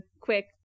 quick